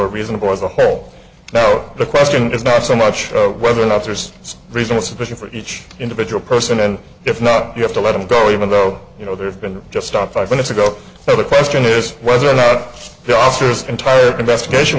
are reasonable as a whole now the question is not so much whether or not there's a reason it's a question for each individual person and if not you have to let them go even though you know there have been just stop five minutes ago so the question is whether or not the officers entire investigation